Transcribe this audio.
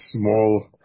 small